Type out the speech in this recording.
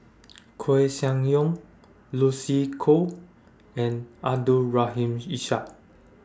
Koeh Sia Yong Lucy Koh and Abdul Rahim Ishak